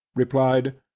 replied,